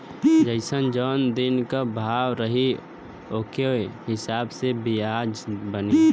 जइसन जौन दिन क भाव रही ओके हिसाब से बियाज बनी